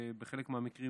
בחלק מהמקרים,